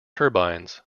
turbines